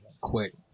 Quick